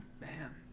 Man